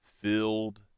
filled